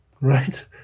right